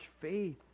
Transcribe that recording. faith